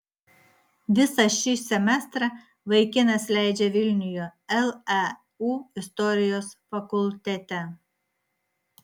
visą šį semestrą vaikinas leidžia vilniuje leu istorijos fakultete